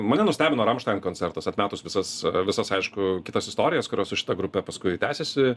mane nustebino ramštain koncertas atmetus visas visas aišku kitas istorijas kurios su šita grupe paskui tęsėsi